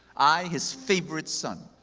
i, his favorite son